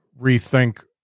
rethink